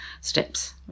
steps